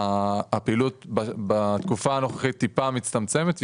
הפעילות טיפה מצטמצמת בתקופה הנוכחית,